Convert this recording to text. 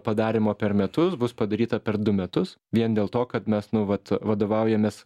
padarymo per metus bus padaryta per du metus vien dėl to kad mes nu vat vadovaujamės